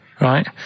right